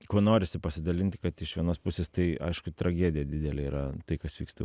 kuo norisi pasidalinti kad iš vienos pusės tai aišku tragedija didelė yra tai kas vyksta